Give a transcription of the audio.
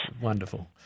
Wonderful